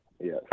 Yes